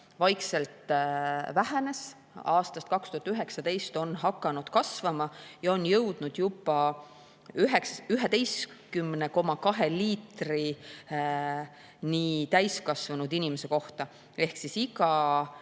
vaikselt vähenes, on aastast 2019 hakanud kasvama ja on jõudnud juba 11,2 liitrini täiskasvanud inimese kohta. Ehk siis iga